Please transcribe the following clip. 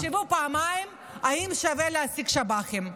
שיחשבו פעמיים אם שווה להעסיק שב"חים.